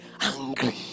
angry